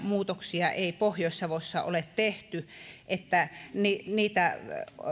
muutoksia ei pohjois savossa ole tehty että niitä